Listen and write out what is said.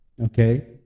Okay